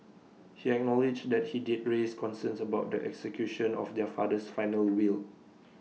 he acknowledged that he did raise concerns about the execution of their father's final will